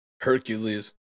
Hercules